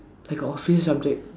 like a office subject